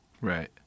Right